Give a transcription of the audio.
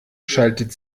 schaltet